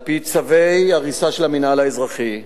על-פי צווי הריסה של המינהל האזרחי.